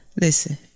Listen